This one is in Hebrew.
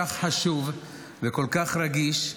זה נושא כל כך חשוב וכל כך רגיש,